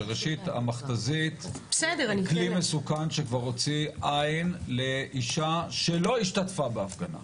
שראשית המכת"זית הוא כלי מסוכן שכבר הוציא עין לאישה שלא השתתפה בהפגנה.